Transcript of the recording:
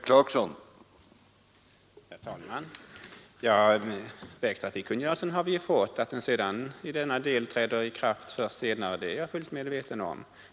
Herr talman! Vägtrafikkungörelsen har vi ju fått. Att den sedan i denna del träder i kraft först senare är jag fullt medveten om.